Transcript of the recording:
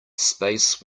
space